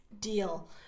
deal